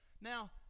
Now